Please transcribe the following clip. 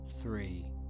three